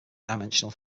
dimensional